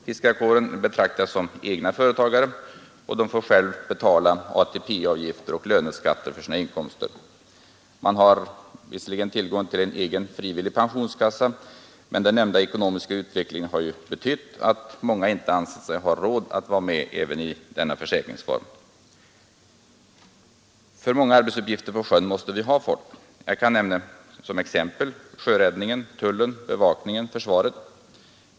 Fiskarkåren betraktas som egna företagare och de får själva betala ATP-avgifter och löneskatt på sina inkomster. Man har visserligen tillgång till en egen frivillig pensionskassa, men på grund av den nämnda ekonomiska utvecklingen anser sig många inte ha råd att vara med även i denna försäkringsform. För många arbetsuppgifter på sjön måste vi ha folk. Jag kan som exempel nämna sjöräddningen, tullen, bevakningen och försvaret.